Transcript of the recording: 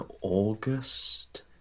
August